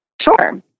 Sure